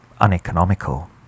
uneconomical